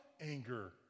anger